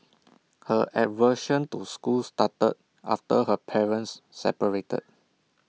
her aversion to school started after her parents separated